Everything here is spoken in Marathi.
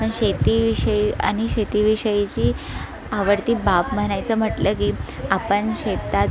आणि शेतीविषयी आणि शेतीविषयीची आवडती बाब म्हणायचं म्हटलं की आपण शेतात